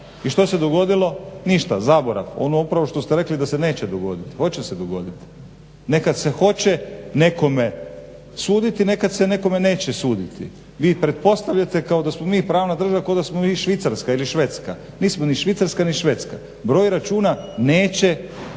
i što se dogodilo? Ništa, zaborav, ono upravo što ste rekli da se neće dogoditi, hoće se dogoditi. Nekad se hoće, nekome suditi, nekad se nekome neće suditi. Vi pretpostavljate kao da smo mi pravna država, ko da smo mi Švicarska ili Švedska, nismo ni Švicarska ni Švedska, broj računa neće spriječiti